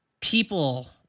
people